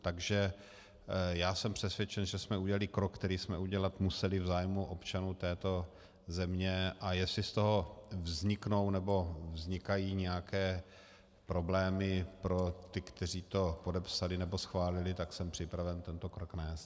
Takže jsem přesvědčen, že jsme udělali krok, který jsme udělat museli v zájmu občanů této země, a jestli z toho vzniknou, nebo vznikají nějaké problémy pro ty, kteří to podepsali nebo schválili, tak jsem připraven tento krok nést.